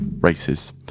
Races